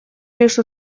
лишь